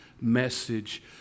message